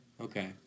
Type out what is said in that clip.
okay